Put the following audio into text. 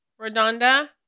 Redonda